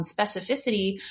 specificity